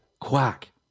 quack